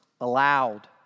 allowed